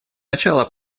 начало